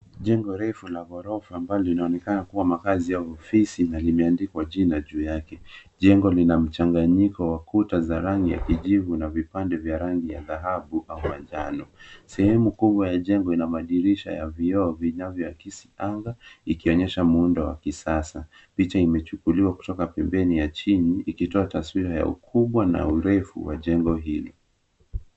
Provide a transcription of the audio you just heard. Jengo refu la ghorofa ambalo linaonekana kuwa makazi ya ofisi na limeandikwa jina juu yake. Jengo lina mchanganyiko wa kuta za rangi ya kijivu na vipande vya rangi ya dhahabu au manjano. Sehemu kubwa ya jengo ina madirisha ya vioo vinavyo akisi anga, ikionyesha muundo wa kisasa. Picha imechukuliwa kutoka pembeni ya chini ikitoa taswira ya ukubwa na urefu wa jengo hili.